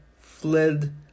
fled